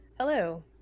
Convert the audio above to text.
Hello